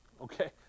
okay